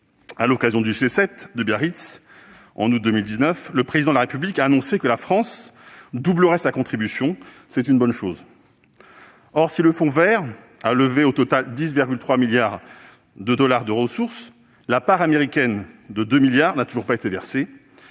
À l'occasion du G7 de Biarritz, en août 2019, le Président de la République a annoncé que la France doublerait sa contribution, ce qui est une bonne chose. Or, si le Fonds vert a levé au total 10,3 milliards de dollars de ressources, la part américaine de 2 milliards d'euros n'a toujours pas été versée.